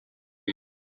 you